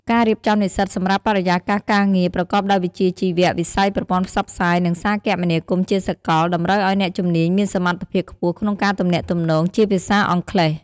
ការរៀបចំនិស្សិតសម្រាប់បរិយាកាសការងារប្រកបដោយវិជ្ជាជីវៈ: វិស័យប្រព័ន្ធផ្សព្វផ្សាយ និងសារគមនាគមន៍ជាសកល តម្រូវឱ្យអ្នកជំនាញមានសមត្ថភាពខ្ពស់ក្នុងការទំនាក់ទំនងជាភាសាអង់គ្លេស។